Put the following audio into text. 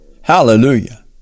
Hallelujah